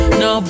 no